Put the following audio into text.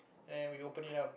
and we open it up